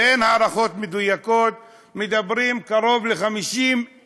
ואין הערכות מדויקות, מדברים על קרוב ל-50,000